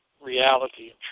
reality